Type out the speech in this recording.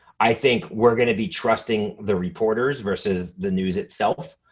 i think we're gonna be trusting the reporters versus the news itself.